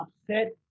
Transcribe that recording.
upset